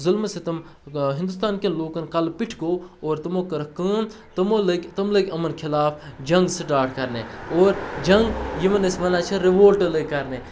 ظُلمہٕ سِتَم ہِندوستانکٮ۪ن لوٗکَن کہٕ پٮ۪ٹھۍ گوٚو اور تمو کٔرٕکھ کٲم تٕمو لٔگۍ تٕم لٔگۍ یِمَن خلاف جنٛگ سٹاٹ کَرنہِ اور جنٛگ یِمَن أسۍ وَنان چھِ رِوولٹہٕ لٔگۍ کَنہِ